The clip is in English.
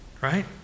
right